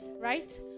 right